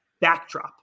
backdrop